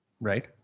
Right